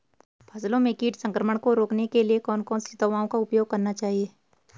फसलों में कीट संक्रमण को रोकने के लिए कौन कौन सी दवाओं का उपयोग करना चाहिए?